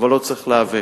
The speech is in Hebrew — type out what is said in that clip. אבל לא צריך להיאבק.